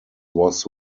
was